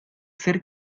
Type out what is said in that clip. ser